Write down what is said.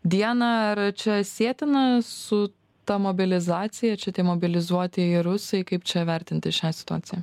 dieną ar čia sietina su ta mobilizacija čia tie mobilizuotieji rusai kaip čia vertinti šią situaciją